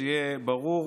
שיהיה ברור,